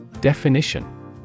Definition